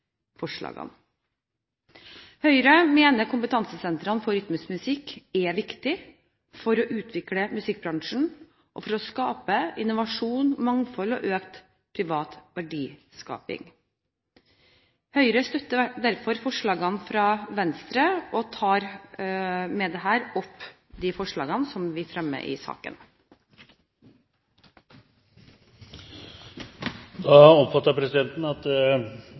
mener kompetansesentrene for rytmisk musikk er viktig for å utvikle musikkbransjen og for å skape innovasjon, mangfold og økt privat verdiskaping. Høyre støtter derfor forslagene fra Venstre, og jeg tar med dette opp forslagene i innstillingen. Representanten Linda C. Hofstad Helleland har tatt opp de forslagene